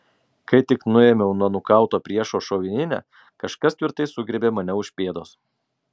kai tik nuėmiau nuo nukauto priešo šovininę kažkas tvirtai sugriebė mane už pėdos